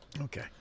okay